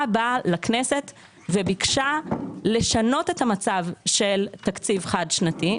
באה לכנסת וביקשה לשנות את המצב של תקציב חד שנתי,